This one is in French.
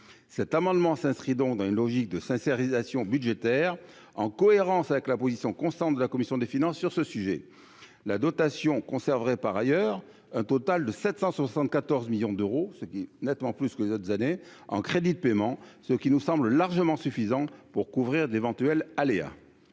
cet amendement, s'inscrit dans une logique de sincérisation budgétaire en cohérence avec la position constante de la commission des finances sur ce sujet, la dotation conserverait, par ailleurs, un total de 774 millions d'euros, ce qui est nettement plus que les autres années en crédits de paiement, ce qui nous semble largement suffisant pour couvrir d'éventuels aléas.